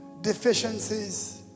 deficiencies